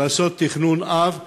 לעשות תכנון-אב,